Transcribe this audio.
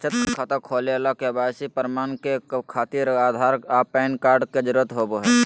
बचत खाता खोले ला के.वाइ.सी प्रमाण के खातिर आधार आ पैन कार्ड के जरुरत होबो हइ